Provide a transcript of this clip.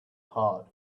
heart